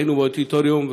ראינו באודיטוריום,